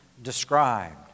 described